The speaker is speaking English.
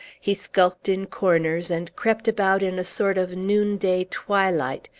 he skulked in corners, and crept about in a sort of noonday twilight,